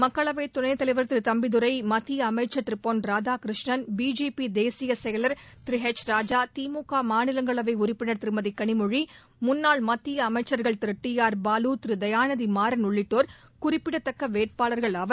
மக்களவை துணைத் தலைவர் திரு தம்பிதுரை மத்திய அமைச்சர் திரு பொன் ராதாகிருஷ்ணன் பிஜேபி தேசிய செயலர் திரு ஹெச் ராஜா திமுக மாநிலங்களவை உறுப்பினர் திருமதி களிமொழி முன்னாள் மத்திய அமைச்சர்கள் திரு டிஆர் பாலு திரு தயாநிதி மாறன் உள்ளிட்டோர் குறிப்பிடத்தக்க வேட்பாளர்கள் ஆவர்